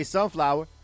Sunflower